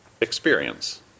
experience